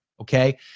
Okay